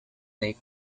lake